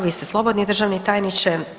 Vi ste slobodni državni tajniče.